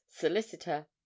solicitor